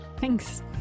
thanks